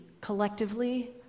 collectively